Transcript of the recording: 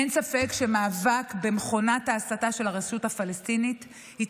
אין ספק שמאבק במכונת ההסתה של הרשות הפלסטינית הוא